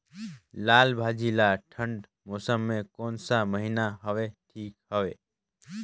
लालभाजी ला ठंडा मौसम के कोन सा महीन हवे ठीक हवे?